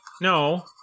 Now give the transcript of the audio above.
No